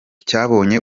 cyabonye